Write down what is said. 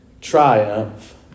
triumph